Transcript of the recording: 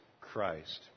Christ